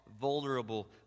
vulnerable